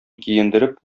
киендереп